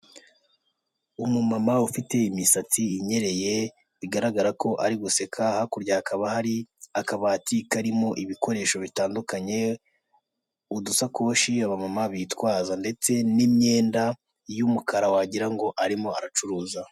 Umumama ufite imisatsi inyereye bigaragara ko ari guseka hakurya hakaba hari akabati karimo ibikoresho bitandukanye, udusakoshi abamama bitwaza ndetse n'imyenda y'umukara wagira ngo arimo aracuruza.